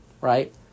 right